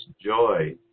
joy